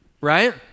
right